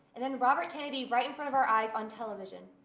and then robert kennedy right in front of our eyes on television.